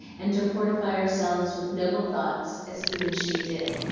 and to fortify ourselves with noble thoughts as you and she did.